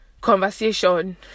conversation